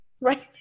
right